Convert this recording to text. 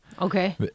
Okay